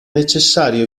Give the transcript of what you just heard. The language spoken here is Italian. necessario